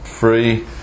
Free